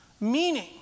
meaning